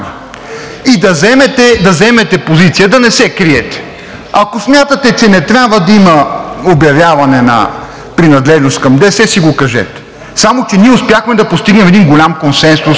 и да заемете позиция, да не се криете. Ако смятате, че не трябва да има обявяване на принадлежност към ДС, си го кажете. Само че ние успяхме да постигнем един голям консенсус